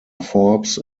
forbes